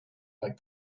like